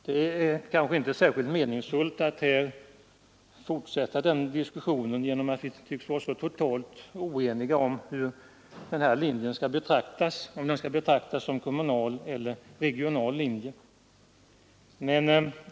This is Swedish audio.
Det är kanske inte särskilt meningsfullt att här fortsätta diskussionen, eftersom vi tycks vara så totalt oeniga om hur den här linjen skall betraktas — om den skall betraktas som kommunal eller regional linje.